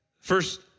First